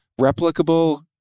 replicable